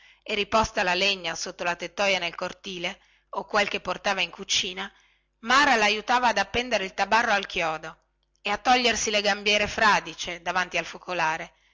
e riposta la legna sotto la tettoja nel cortile o quel che portava in cucina mara laiutava ad appendere il tabarro al chiodo e a togliersi le gambiere di pelle davanti al focolare